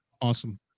Awesome